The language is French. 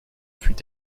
fut